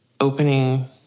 opening